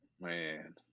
Man